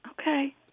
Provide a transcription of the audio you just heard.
Okay